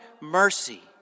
mercy